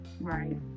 Right